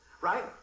right